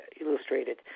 illustrated